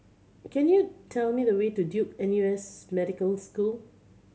can you tell me the way to Duke N U S Medical School